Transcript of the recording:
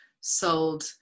sold